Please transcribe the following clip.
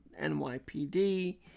NYPD